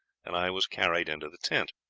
and i was carried into the tent.